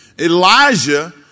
Elijah